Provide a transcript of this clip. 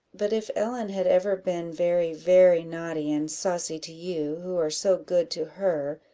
that if ellen had ever been very, very naughty and saucy to you, who are so good to her,